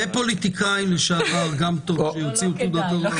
ופוליטיקאים לשעבר, גם טוב שיוציאו תעודת הוראה.